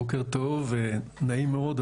בוקר טוב, נעים מאוד.